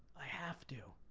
i have to,